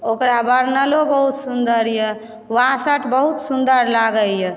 ओकरा बर्नरो बहुत सुन्दरए वासट बहुत सुन्दर लागयए